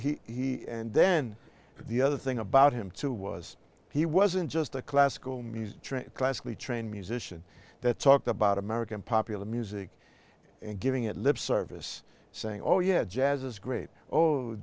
so he and then the other thing about him too was he wasn't just a classical music classically trained musician that talked about american popular music and giving it lip service saying oh yeah jazz is great o